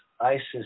Isis